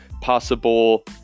possible